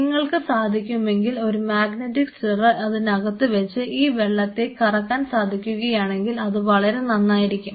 നിങ്ങൾക്ക് സാധിക്കുമെങ്കിൽ ഒരു മാഗ്നെറ്റിക് സ്റ്റിറർ അതിനകത്ത് വെച്ച് ഈ വെള്ളത്തെ കറക്കാൻ സാധിക്കുകയാണെങ്കിൽ അത് വളരെ നന്നായിരിക്കും